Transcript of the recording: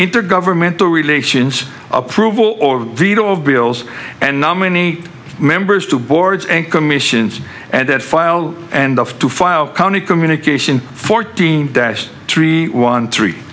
intergovernmental relations approval or veto of bills and nominee members to boards and commissions and that file and of to file county communication fourteen dash three one three